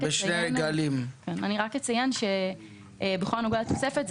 אני רק אציין שבכל הנוגע לתוספת,